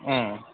उम